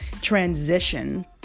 transition